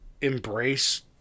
embrace